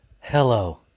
hello